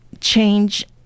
change